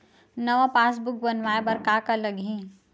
नवा पासबुक बनवाय बर का का लगही?